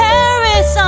Paris